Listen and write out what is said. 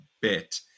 bit